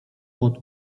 pod